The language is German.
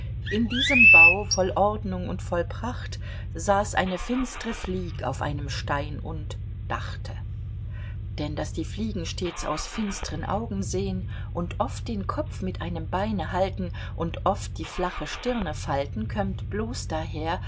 in diesem bau voll ordnung und voll pracht saß eine finstre flieg auf einem stein und dachte denn daß die fliegen stets aus finstern augen sehn und oft den kopf mit einem beine halten und oft die flache stirne falten kömmt bloß daher